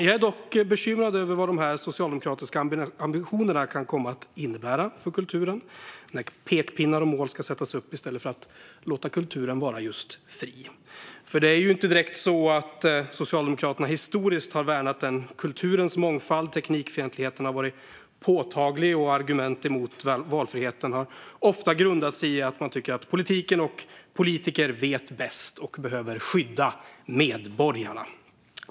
Jag är dock bekymrad över vad dessa socialdemokratiska ambitioner kan komma att innebära för kulturen när pekpinnar och mål ska sättas upp i stället för att man låter kulturen vara just fri. Det är ju inte direkt så att Socialdemokraterna historiskt har värnat en kulturens mångfald. Teknikfientligheten har varit påtaglig, och argument emot valfriheten har ofta grundat sig i att man tycker att politiken och politiker vet bäst och behöver skydda medborgarna.